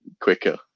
quicker